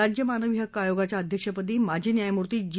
राज्य मानवी हक्क आयोगाच्या अध्यक्षपदी माजी न्यायमूर्ती जी